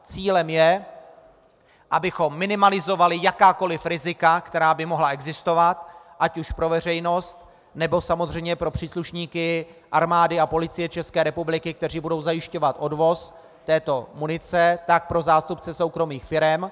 Cílem je, abychom minimalizovali jakákoliv rizika, která by mohla existovat ať už pro veřejnost, nebo samozřejmě pro příslušníky Armády a Policie České republiky, kteří budou zajišťovat odvoz této munice, tak pro zástupce soukromých firem.